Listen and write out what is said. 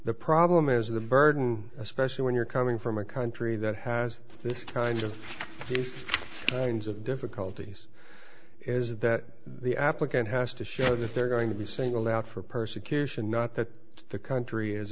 the problem is the burden especially when you're coming from a country that has this kind of these kinds of difficulties is that the applicant has to show that they're going to be singled out for persecution not that the country